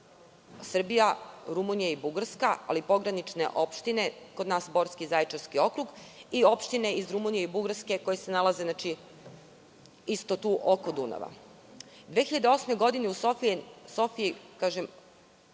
Srbija, Rumunija i Bugarska, ali i pogranične opštine, kod nas Borski i Zaječarski okrug i opštine iz Rumunije i Bugarske koje se nalaze tu, oko Dunava. U Sofiji je